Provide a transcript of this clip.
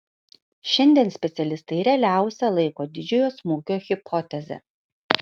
šiandien specialistai realiausia laiko didžiojo smūgio hipotezę